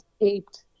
escaped